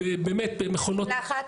ומקלחת?